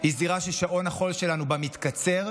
היא זירה ששעון החול שלנו בה מתקצר,